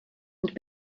and